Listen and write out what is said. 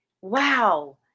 Wow